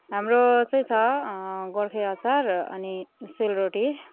हाम्रो चाहिँ छ गोर्खे अचार अनि सेलरोटी